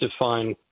define